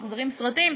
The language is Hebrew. ממחזרים סרטים.